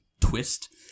twist